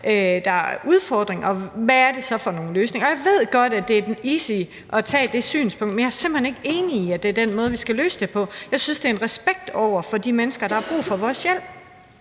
der er udfordringen, og hvad det så er for nogle løsninger, der skal til. Jeg ved godt, at det er den easy måde at tage det synspunkt på, men jeg er simpelt hen ikke enig i, at det er den måde, vi skal løse det på. Jeg synes, det er af respekt over for de mennesker, der har brug for vores hjælp.